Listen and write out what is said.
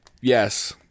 Yes